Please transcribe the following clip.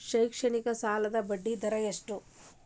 ಶೈಕ್ಷಣಿಕ ಸಾಲದ ಬಡ್ಡಿ ದರ ಎಷ್ಟು?